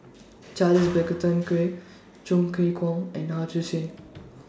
Charles Chong Kee Hiong and